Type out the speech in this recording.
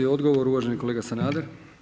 Odgovor uvaženi kolega Sanader.